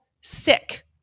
sick